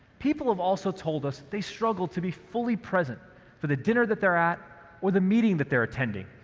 people have also told us they struggle to be fully present for the dinner that they're at or the meeting that they're attending,